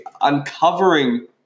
uncovering